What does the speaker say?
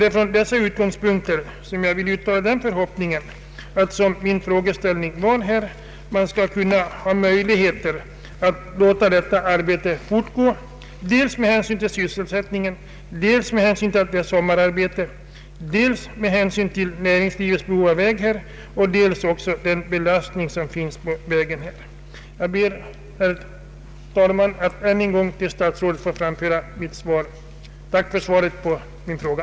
Med hänvisning till vad jag nu anfört vill jag uttala den förhoppningen att detta vägarbete skall få fortgå, dels med hänsyn till sysselsättningen i bygden, dels med hänsyn till att det här är fråga om ett sommararbete, dels med hänsyn till näringslivets behov av väg inom detta område och dels med hänsyn till belastningen på vägen. Jag ber, herr talman, att ännu en gång till statsrådet få framföra ett tack för svaret på min fråga.